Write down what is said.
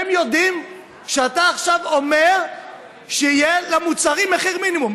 הם יודעים שאתה עכשיו אומר שיהיה למוצרים מחיר מינימום?